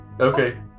Okay